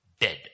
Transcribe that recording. dead